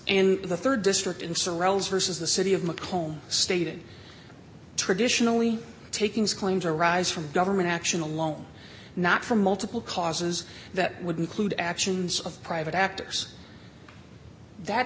and the rd district in serranos versus the city of mccomb stated traditionally takings claims arise from government action alone not for multiple causes that would include actions of private actors that